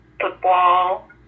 football